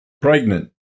Pregnant